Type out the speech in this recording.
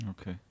Okay